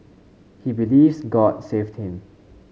he believes god saved him